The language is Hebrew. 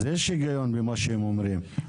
אז יש היגיון במה שהם אומרים.